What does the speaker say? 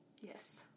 Yes